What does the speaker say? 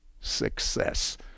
success